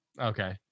Okay